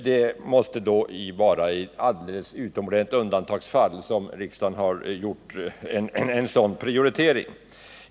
Det måste vara ett utomordentligt undantagsfall när riksdagen gör en sådan prioritering.